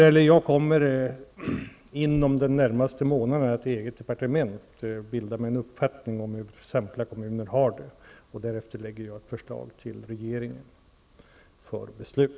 Inom den närmaste månaden kommer jag att bilda mig en uppfattning om hur samtliga kommuner har det. Därefter lägger jag fram ett förslag för regeringen för beslut.